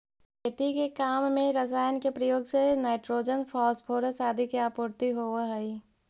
खेती के काम में रसायन के प्रयोग से नाइट्रोजन, फॉस्फोरस आदि के आपूर्ति होवऽ हई